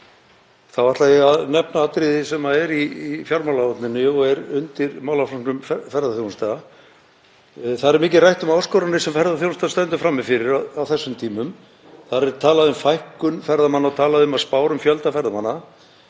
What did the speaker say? Þá ætla ég að nefna atriði sem er í fjármálaáætluninni og er undir málaflokknum ferðaþjónusta. Þar er mikið rætt um áskoranir sem ferðaþjónustan stendur frammi fyrir á þessum tímum, talað um fækkun ferðamanna og um spár um fjölda ferðamanna.